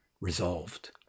resolved